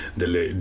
delle